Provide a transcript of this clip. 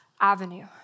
avenue